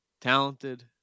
talented